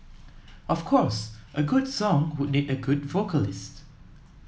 of course a good song would need a good vocalist